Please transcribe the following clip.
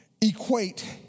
equate